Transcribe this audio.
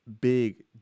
big